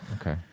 Okay